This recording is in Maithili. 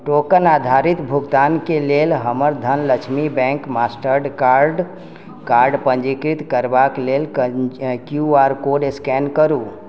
टोकन आधारित भुगतानके लेल हमर धनलक्ष्मी बैंक मास्टर कार्ड पंजीकृत करबाक लेल क्यू आर कोड स्कैन करु